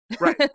Right